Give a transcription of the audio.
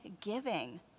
giving